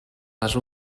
les